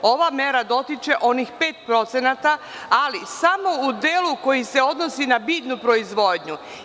Ova mera dotiče onih 5% ali samo u delu koji se odnosi na biljnu proizvodnju.